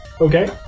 Okay